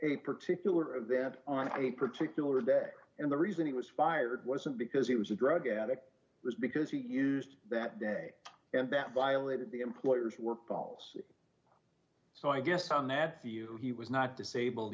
a particular that on a particular day and the reason he was fired wasn't because he was a drug addict was because he used that day and that violated the employer's work policy so i guess on that he was not disabled